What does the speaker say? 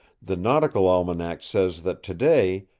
the nautical almanac says that to-day,